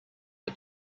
are